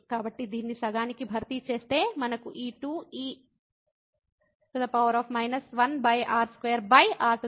కాబట్టి దీన్ని సగానికి భర్తీ చేస్తే మనకు ఈ 2e 1r2r4 లభిస్తుంది